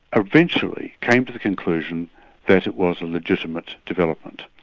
eventually came to the conclusion that it was a legitimate development,